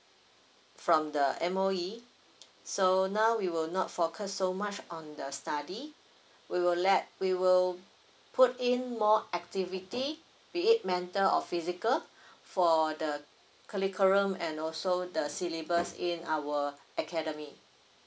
from the M_O_E so now we will not focus so much on the study we will let we will put in more activity be it mental or physical for the curriculum and also the syllabus in our academy